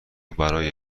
برای